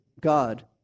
God